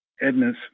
Edna's